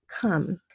come